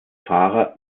fahrer